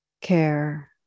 care